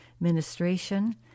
ministration